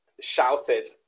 shouted